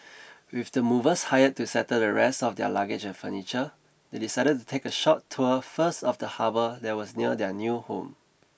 with the movers hired to settle the rest of their luggage and furniture they decided to take a short tour first of the harbour that was near their new home